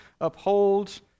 upholds